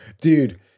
Dude